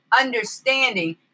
understanding